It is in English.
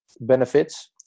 benefits